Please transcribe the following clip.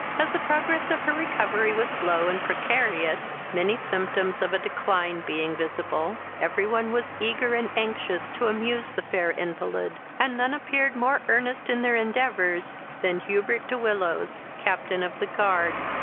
as the progress of her recovery was slow and precarious, many symptoms of a decline being visible, every one was eager and anxious to amuse the fair invalid, and none appeared more earnest in their endeavours than hubert de willows, captain of the guard,